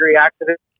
accident